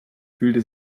fühlte